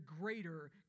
greater